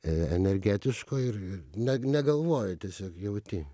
e energetiško ir ir ne ne negalvoji tiesiog jauti